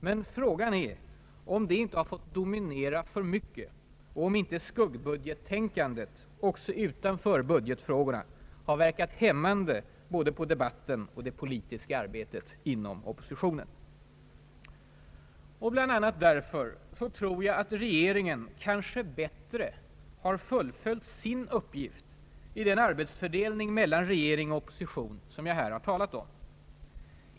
Men frågan är om det inte fått dominera för mycket och om inte skuggbudgettänkandet, också utanför budgetfrågorna, verkat hämmande på både debatten och det politiska arbetet inom oppositionen. Och bl.a. därför tror jag att regeringen kanske bättre har fullföljt sin uppgift i den arbetsfördelning mellan regering och opposition som jag här har talat om.